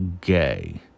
gay